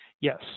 yes